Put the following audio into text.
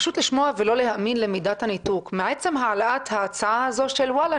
פשוט לשמוע ולא להאמין למידת הניתוק מעצם העלאת ההצעה של: ואללה,